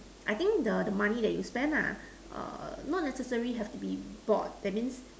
I think the the money that you spend nah err not necessary have to be bought that means